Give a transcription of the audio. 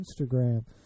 Instagram